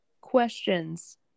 questions